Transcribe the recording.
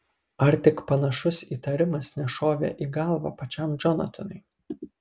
ar tik panašus įtarimas nešovė į galvą pačiam džonatanui